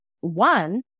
One